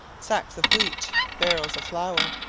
sacks of wheat, barrels of flour,